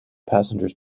passengers